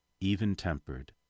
even-tempered